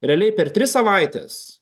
realiai per tris savaites